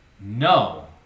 no